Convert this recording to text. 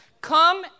come